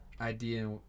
idea